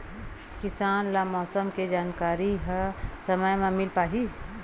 किसान ल मौसम के जानकारी ह समय म मिल पाही?